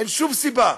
אין שום סיבה.